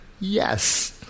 Yes